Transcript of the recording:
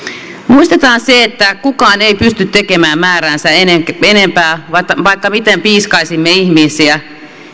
muistetaan se että kukaan ei pysty tekemään määräänsä enempää vaikka vaikka miten piiskaisimme ihmisiä